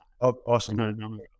Awesome